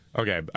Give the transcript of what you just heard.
okay